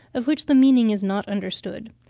of which the meaning is not understood.